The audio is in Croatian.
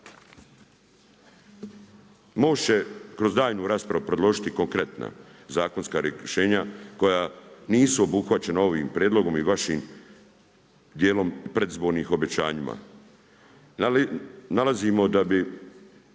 će kroz daljnju raspravu predložiti konkretna zakonska rješenja koja nisu obuhvaćena ovim prijedlogom i vašim djelom predizbornih obećanjima. Nalazimo da bi